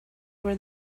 where